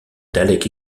daleks